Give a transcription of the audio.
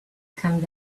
come